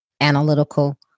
analytical